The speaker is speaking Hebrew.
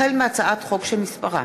החל בהצעת חוק שמספרה